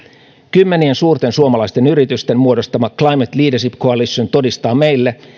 kymmenien suurten suomalaisten yritysten muodostama climate leadership coalition todistaa meille